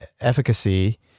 efficacy